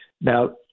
Now